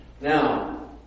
Now